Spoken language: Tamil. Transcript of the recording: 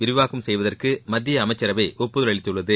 விரிவாக்கம் செய்வதற்கு மத்திய அமைச்சரவை ஒப்புதல் அளித்துள்ளது